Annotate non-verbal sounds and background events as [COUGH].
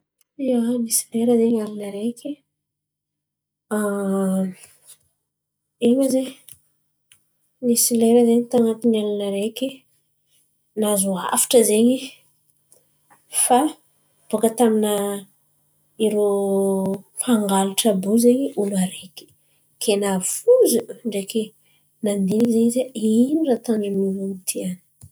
Ia, nisy lera zen̈y alin̈y areky [HESITATION] in̈y zen̈y. Misy lera tan̈atiny alin̈y areky nahazo hafatra zen̈y fa bôka taminà irô mpangalatra àby io zen̈y olo areky. Kay navozo ndreky nanddiniky izy ino raha atô nrô ity zen̈y?